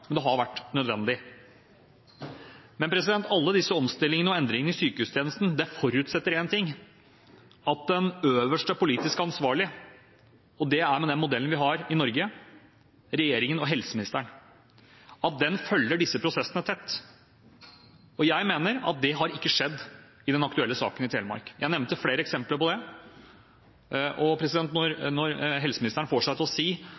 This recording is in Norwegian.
men det har vært nødvendig. Alle disse omstillingene og endringene i sykehustjenestene forutsetter én ting, nemlig at den øverste politisk ansvarlige følger disse prosessene tett, og med den modellen vi har i Norge, er dette regjeringen og helseministeren. Jeg mener at det ikke har skjedd i den aktuelle saken i Telemark. Jeg nevnte flere eksempler på det, og når helseministeren får seg til å si